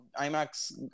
IMAX